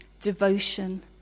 devotion